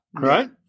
Right